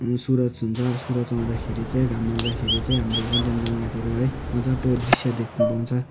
सूरज हुन्छ सूरज आउँदैखेरि चाहिँ घाम आउँदाखेरि चाहिँ हाम्रो कञ्चनजङ्घातिर है मजाको दृश्य देख्नुपाउँछ